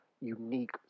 unique